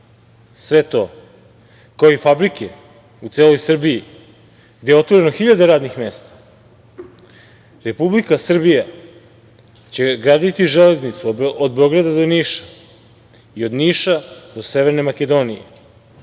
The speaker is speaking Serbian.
Sve to, kao i fabrike u celoj Srbiji, gde je otvoreno hiljade radnih mesta. Republika Srbija će graditi železnicu od Beograda do Niša i od Niša do Severne Makedonije.